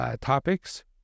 topics